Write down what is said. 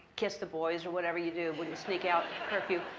kiss the boys or whatever you do when you sneak out curfew.